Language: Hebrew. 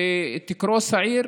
שתקרוס העיר,